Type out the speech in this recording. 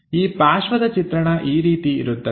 ಈ ಪಾರ್ಶ್ವದ ಚಿತ್ರಣ ಈ ರೀತಿ ಇರುತ್ತದೆ